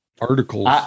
articles